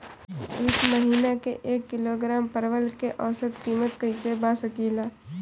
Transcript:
एक महिना के एक किलोग्राम परवल के औसत किमत कइसे पा सकिला?